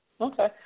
Okay